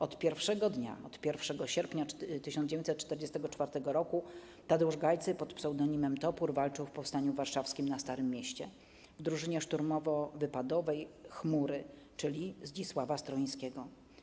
Od pierwszego dnia, od 1 sierpnia 1944 r. Tadeusz Gajcy pod pseudonimem Topór walczył w powstaniu warszawskim na Starym Mieście w drużynie szturmowo-wypadowej Chmury, czyli Zdzisława Stroińskiego.